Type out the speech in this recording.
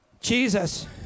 Jesus